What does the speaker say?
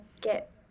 get